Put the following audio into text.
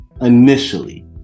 initially